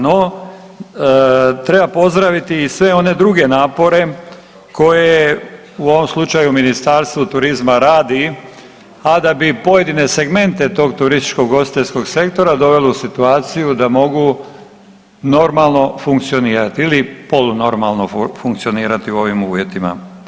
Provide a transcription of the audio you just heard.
No treba pozdraviti i sve one druge napore koje u ovom slučaju Ministarstvo turizma radi, a da bi pojedine segmente tog turističko ugostiteljskog sektora dovele u situaciju da mogu normalno funkcionirati ili polu normalo funkcionirati u ovim uvjetima.